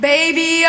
Baby